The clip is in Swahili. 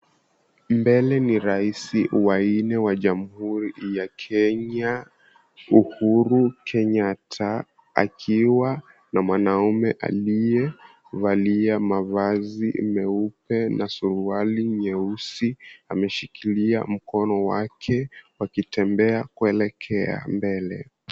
Mbele ni raisi wanne wa Jamhuri ya Kenya, Uhuru Kenyatta, akiwa na mwanamume aliyevaliwa mavazi meupe na suruali nyeusi; ameshikilia mkono wake wakitembea kuelekea mbele.